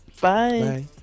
Bye